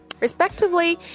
respectively